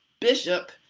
Bishop